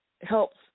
helps